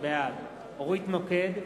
בעד אורית נוקד,